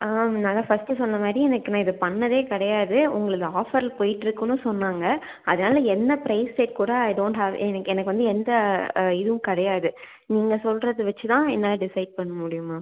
அதுதான் மேம் நான் தான் ஃபஸ்ட்டு சொன்ன மாரி எனக்கு நான் இதை பண்ணிணதே கிடையாது உங்களது ஆஃபரில் போயிகிட்ருக்குன்னு சொன்னாங்க அதனால் என்ன ப்ரைஸ் டேக் கூட ஐ டோன்ட் ஹேவ் எனக்கு எனக்கு வந்து எந்த இதுவும் கிடையாது நீங்கள் சொல்வது வச்சுதான் என்னால் டிசைட் பண்ண முடியும் மேம்